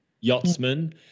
yachtsmen